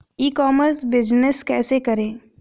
ई commerce business कैसे करें?